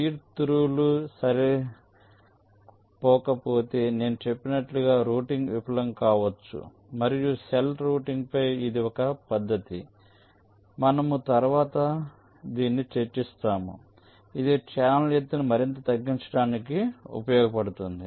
feed త్రూలు సరిపోకపోతే నేను చెప్పినట్లుగా రౌటింగ్ విఫలం కావచ్చు మరియు సెల్ రౌటింగ్ పై ఇది ఒక పద్ధతి ఇది మనము తరువాత చర్చిస్తాము ఇది ఛానల్ ఎత్తును మరింత తగ్గించడానికి ఉపయోగపడుతుంది